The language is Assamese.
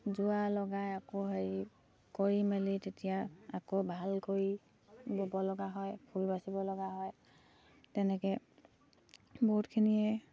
যোৰা লগাই আকৌ হেৰি কৰি মেলি তেতিয়া আকৌ ভাল কৰি ব'ব লগা হয় ফুল বাচিব লগা হয় তেনেকে বহুতখিনিয়ে